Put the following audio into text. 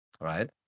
right